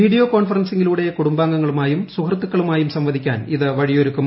video കോൺഫറൻസിംഗിലൂടെ കുടുംബാംഗങ്ങളുമായും സുഹൃത്തുക്കളുമായും സംവദിക്കാൻ ഇത് വഴിയൊരുക്കും